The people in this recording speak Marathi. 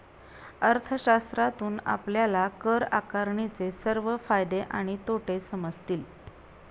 अर्थशास्त्रातून आपल्याला कर आकारणीचे सर्व फायदे आणि तोटे समजतील